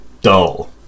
dull